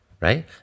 right